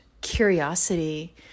curiosity